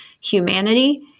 humanity